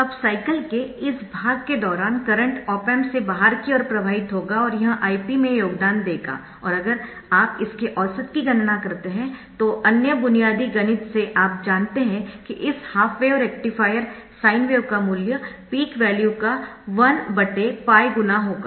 अब साईकल के इस भाग के दौरान करंट ऑप एम्प से बाहर की ओर प्रवाहित होगा और यह Ip में योगदान देगा और अगर आप इसके औसत की गणना करते है तो अन्य बुनियादी गणित से आप जानते है कि इस half wave rectifier sine wave का मूल्य पीक वैल्यू का 1𝜋 गुना होगा